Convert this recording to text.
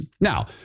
Now